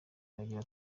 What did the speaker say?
iragira